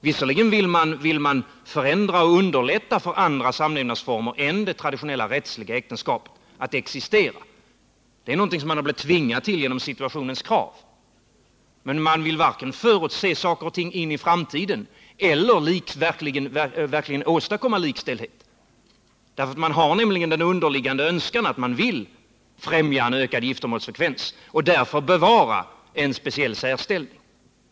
Visserligen vill man förändra och underlätta för andra samlevnadsformer än det traditionella äktenskapet att existera — det är något som man har blivit tvingad till av situationens krav. Men man vill varken förutse vad som kan inträffa i framtiden eller verkligen åstadkomma likställdhet. Man har nämligen en underliggande önskan att främja en ökad giftermålsfrekvens och därför vill man bevara en speciell särställning för gifta.